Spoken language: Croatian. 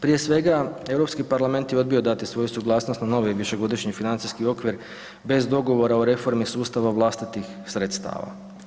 Prije svega, Europski parlament je odbio dati svoju suglasnost na novi i višegodišnji financijski okvir bez dogovora o reformi sustava vlastitih sredstava.